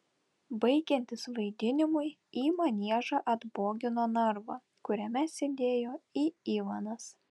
baigiantis vaidinimui į maniežą atbogino narvą kuriame sėdėjo į ivanas